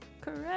correct